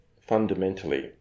fundamentally